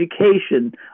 education